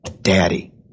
daddy